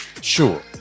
Sure